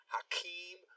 Hakeem